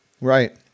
Right